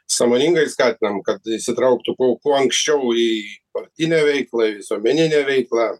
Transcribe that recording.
sąmoningai skatinam kad įsitrauktų kuo kuo anksčiau į partinę veiklą į visuomeninę veiklą